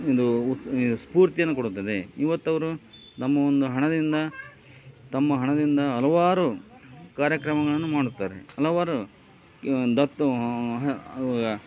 ಇದು ಉತ್ ಸ್ಫೂರ್ತಿಯನ್ನು ಕೊಡುತ್ತದೆ ಇವತ್ತವರು ನಮ್ಮ ಒಂದು ಹಣದಿಂದ ತಮ್ಮ ಹಣದಿಂದ ಹಲವಾರು ಕಾರ್ಯಕ್ರಮಗಳನ್ನು ಮಾಡುತ್ತಾರೆ ಹಲವಾರು ದತ್ತು